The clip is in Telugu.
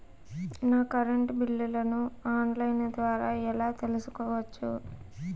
నా కరెంటు బిల్లులను ఆన్ లైను ద్వారా ఎలా తెలుసుకోవచ్చు?